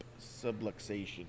subluxation